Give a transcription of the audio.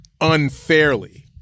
unfairly